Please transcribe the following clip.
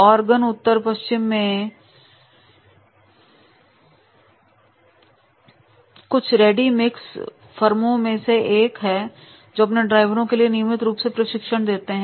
organ उत्तर पश्चिम में केवल कुछ रेडी मिक्स फर्मों में से एक है जो अपने ड्राइवरों के लिए नियमित रूप से प्रशिक्षण देते हैं